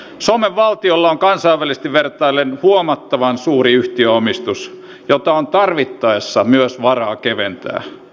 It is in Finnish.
suomen valtiolla on kansainvälisesti vertaillen huomattavan suuri yhtiöomistus jota on tarvittaessa myös varaa keventää